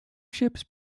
ships